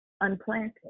unplanted